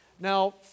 Now